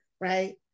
right